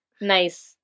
Nice